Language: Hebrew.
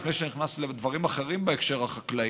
לפני שאני נכנס לדברים אחרים בהקשר החקלאי,